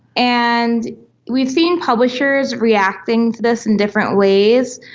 and we've seen publishers reacting to this in different ways.